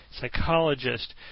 psychologist